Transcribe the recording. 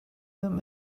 them